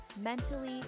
mentally